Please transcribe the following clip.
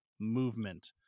movement